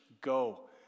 Go